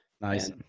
Nice